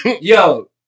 Yo